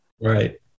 Right